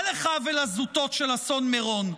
מה לך ולזוטות של אסון מירון?